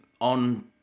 on